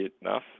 enough